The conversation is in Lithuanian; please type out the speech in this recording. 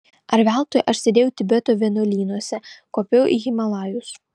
ar veltui aš sėdėjau tibeto vienuolynuose kopiau į himalajus